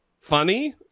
funny